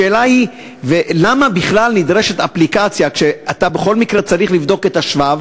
השאלה היא למה בכלל נדרשת אפליקציה כשאתה בכל מקרה צריך לבדוק את השבב?